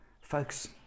Folks